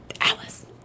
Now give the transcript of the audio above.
Alice